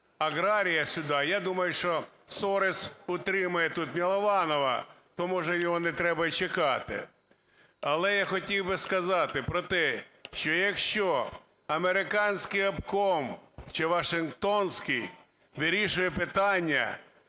аграрія сюди. Я думаю, що Сорос утримує тут Милованова, то, може, його не треба і чекати. Але я хотів би сказати про те, що якщо американський обком, чи вашингтонський, вирішує питання